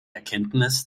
erkenntnis